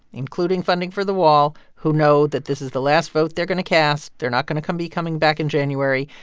including funding for the wall, who know that this is the last vote they're going to cast they're not going to be coming back in january.